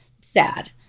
sad